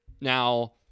now